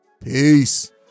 Peace